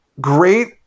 great